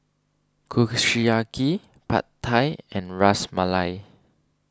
Kushiyaki Pad Thai and Ras Malai